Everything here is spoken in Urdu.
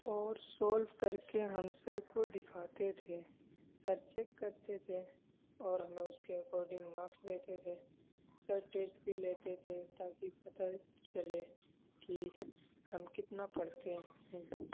اور سولف کر کے ہم سر کو دکھاتے تھے سر چیک کرتے تھے اور ہمیں اس کے اکوڈنگ ماکس دیتے تھے سر ٹیسٹ بھی لیتے تھے تاکہ پتا چلے کہ ہم کتنا پڑھتے ہیں